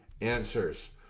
answers